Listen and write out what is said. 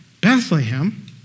Bethlehem